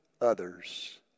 others